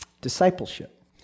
discipleship